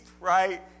right